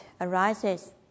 arises